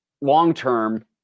long-term